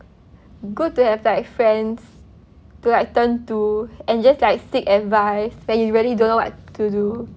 good to have like friends to like turn to and just like seek advice when you really don't know what to do